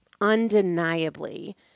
undeniably